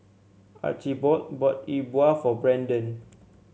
Archibald bought E Bua for Brenden